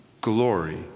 glory